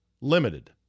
limited